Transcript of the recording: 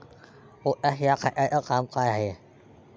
Potash या खताचं काम का हाय?